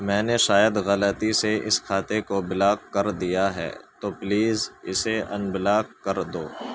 میں نے شاید غلطی سے اس کھاتے کو بلاک کر دیا ہے تو پلیز اسے انبلاک کر دو